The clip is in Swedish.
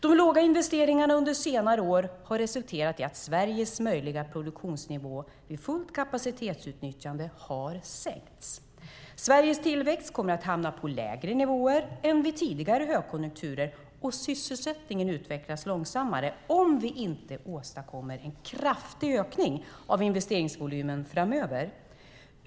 De låga investeringarna under senare år har resulterat i att Sveriges möjliga produktionsnivå vid fullt kapacitetsutnyttjande har sänkts. Sveriges tillväxt kommer att hamna på lägre nivåer än vid tidigare högkonjunkturer och sysselsättningen utvecklas långsammare om vi inte åstadkommer en kraftig ökning av investeringsvolymen framöver.